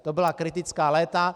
To byla kritická léta.